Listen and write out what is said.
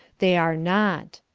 they are not.